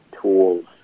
tools